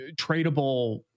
tradable